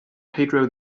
pedro